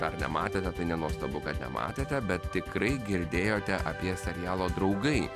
tą tematiką tai nenuostabu kad nematėte bet tikrai girdėjote apie serialo draugai